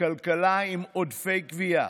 כלכלה עם עודפי גבייה,